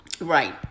right